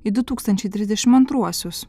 į du tūkstančiai trisdešim antruosius